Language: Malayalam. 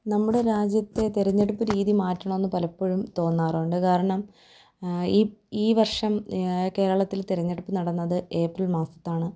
നമ്മുടെ രാജ്യത്തെ തിരഞ്ഞെടുപ്പ് രീതി മാറ്റണമെന്ന് പലപ്പോഴും തോന്നാറുണ്ട് കാരണം ഈ ഈ വർഷം കേരളത്തിൽ തിരഞ്ഞെടുപ്പ് നടന്നത് ഏപ്രിൽ മാസത്തിലാണ്